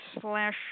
slash